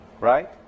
Right